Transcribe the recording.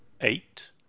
eight